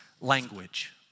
language